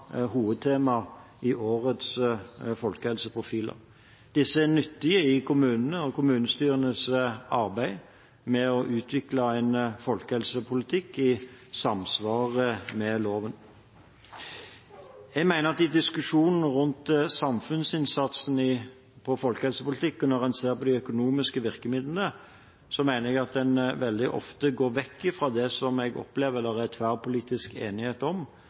i årets folkehelseprofiler. Dette er nyttig i kommunene og kommunestyrenes arbeid med å utvikle en folkehelsepolitikk i samsvar med loven. Jeg mener at i diskusjonen rundt samfunnsinnsatsen i vår folkehelsepolitikk – og når en ser på de økonomiske virkemidlene – går en veldig ofte vekk fra det som jeg opplever det er tverrpolitisk enighet om,